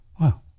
Wow